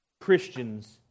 Christians